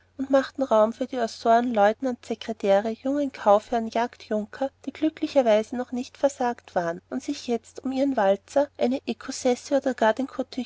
und machten raum für die assessoren leutnants sekretäre jungen kaufherren jagdjunker die glücklicherweise noch nicht versagt waren und sich jetzt um einen walzer eine ekossäse oder gar den